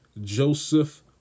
Joseph